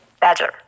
Badger